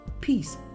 peace